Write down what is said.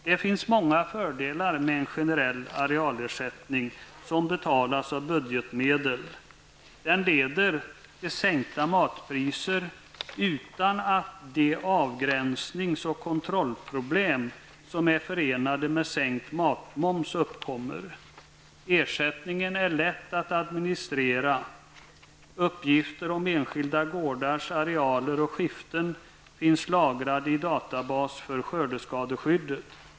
Det finns många fördelar med en generell arealersättning som betalas av budgetmedel. Den leder till sänkta matpriser utan att de avgränsningsoch kontrollproblem om är förenade med sänkt matmoms uppkommer. Ersättningen är lätt att administrera, uppgifter om enskilda gårdars arealer och skiften finns lagrade i databas för skördeskadeskyddet.